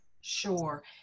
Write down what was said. Sure